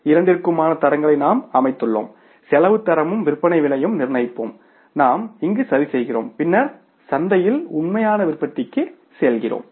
இரண்டிற்குமான தரங்களை நாம் அமைத்துள்ளோம் செலவு தரமும் விற்பனை விலையும் நிர்ணயிப்போம் நாம் இங்கு சரி செய்கிறோம் பின்னர் சந்தையில் உண்மையான உற்பத்திக்கு செல்கிறோம்